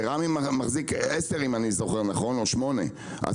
ורמי לוי אם אני זוכר נכון מחזיק בין 8,000-10,000 משפחות,